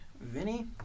Vinny